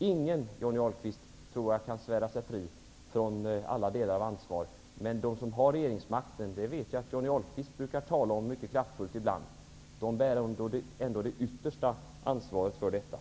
Jag tror inte att någon, Johnny Ahlqvist, kan svära sig fri från alla delar av ansvaret. Men de som har regeringsmakten, vilket Johnny Ahlqvist brukar tala kraftfullt om ibland, bär ändå det yttersta ansvaret för detta.